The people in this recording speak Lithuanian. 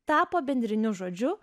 tapo bendriniu žodžiu